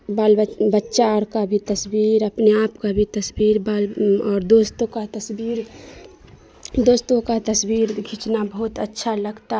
بال بچہ اور کا بھی تصویر اپنے آپ کا بھی تصویر اور دوستوں کا تصویر دوستوں کا تصویر کھینچنا بہت اچھا لگتا